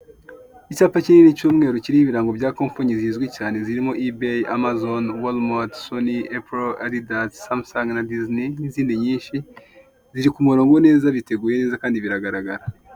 Icyapa kinini cy'umweru kiriho ibirango bya kompanyi zizwi cyane zirimo ibayi amazoni uwarimodisoni eporo iardasi samusungi n'izindi nyinshi ziri ku murongo neza biteguye neza kandi biragaragara.